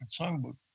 songbook